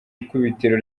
ikubitiro